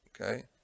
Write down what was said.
Okay